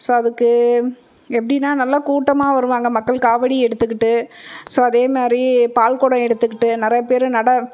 so அதுக்கு எப்படின்னா நல்ல கூட்டமாக வருவாங்கள் மக்கள் காவடி எடுத்துக்கிட்டு ஸோ அதே மாதிரி பால் குடம் எடுத்துக்கிட்டு நிறையா பேர் நடை